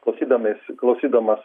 klausydamiesi klausydamas